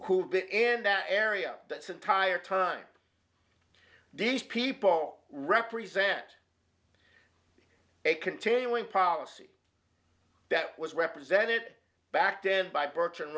who in that area that's entire time these people represent a continuing policy that was represented back then by bert